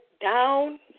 down